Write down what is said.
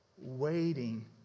Waiting